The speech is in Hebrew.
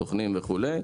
סוכנים וכולי.